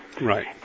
Right